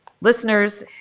listeners